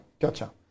Gotcha